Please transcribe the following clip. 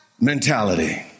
mentality